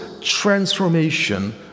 transformation